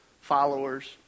Followers